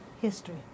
history